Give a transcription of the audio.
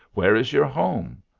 where is your home?